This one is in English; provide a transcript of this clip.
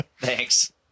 Thanks